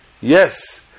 Yes